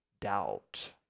doubt